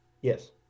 Yes